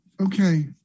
Okay